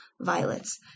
violets